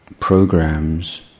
programs